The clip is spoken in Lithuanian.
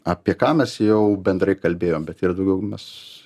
apie ką mes jau bendrai kalbėjom bet yra daugiau mes